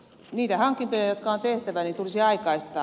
niitä hankintoja jotka on tehtävä tulisi aikaistaa